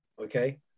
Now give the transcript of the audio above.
okay